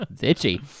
itchy